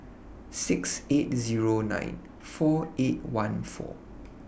six eight Zero nine four eight one four